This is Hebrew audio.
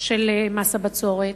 של מס הבצורת,